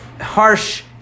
harsh